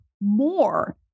more